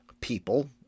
people